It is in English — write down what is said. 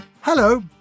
Hello